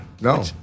No